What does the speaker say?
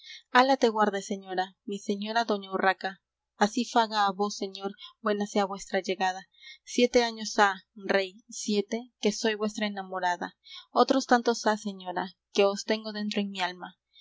te guarde señora mi señora doña urraca así faga á vos señor buena sea vuestra llegada siete años há rey siete que soy vuestra enamorada otros tantos há señora que os tengo dentro en mi alma